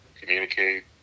communicate